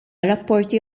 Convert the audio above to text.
rapporti